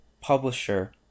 publisher